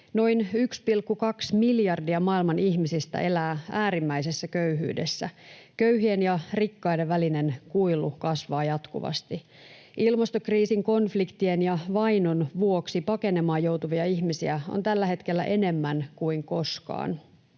Noin 1,2 miljardia maailman ihmisistä elää äärimmäisessä köyhyydessä. Köyhien ja rikkaiden välinen kuilu kasvaa jatkuvasti. Ilmastokriisin, konfliktien ja vainon vuoksi pakenemaan joutuvia ihmisiä on tällä hetkellä enemmän kuin koskaan.